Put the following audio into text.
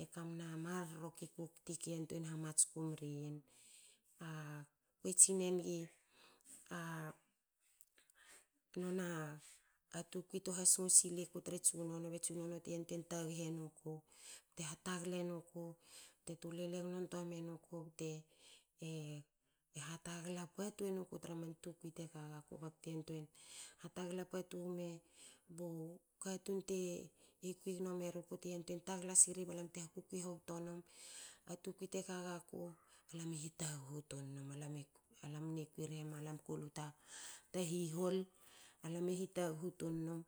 E kamna marro ke kukti ke mar hamatsku mri yin. Akue tsinega nona a tukwu tu hasingo siliku tra tsunono be tsunono te yantuein taghu enuku bte hatagle nuku. bte tulele gno ntua gno menuku. bte hatagla patu enuku tra man tukui te kagaku bakte yantuein hatagla patu gme bu katun te kui gno meruku te yantuein tagla siri balam te kukui hobto num. A tukui teka gaku. alam e hitaghu tun num. Alam mne kui rhe ma lam ko lu ta ta hihol. Alam e hitaghu tun num.